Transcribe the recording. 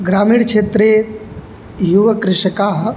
ग्रामीणक्षेत्रे योगकृषकाः